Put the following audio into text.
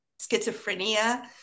schizophrenia